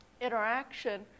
interaction